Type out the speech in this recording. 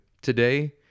Today